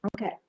Okay